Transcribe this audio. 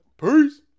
Peace